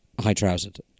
High-trousered